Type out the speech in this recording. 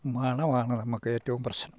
മണമാണ് നമുക്ക് ഏറ്റവും പ്രശ്നം